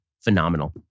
phenomenal